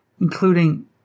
including